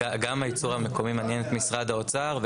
גם הייצור המקומי מעניין את משרד האוצר.